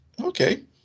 okay